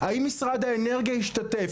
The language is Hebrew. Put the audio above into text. האם משרד האנרגיה השתתף?